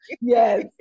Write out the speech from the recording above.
Yes